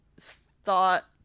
thought